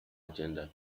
agenda